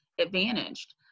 advantaged